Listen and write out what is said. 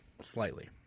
slightly